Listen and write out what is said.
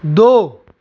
दो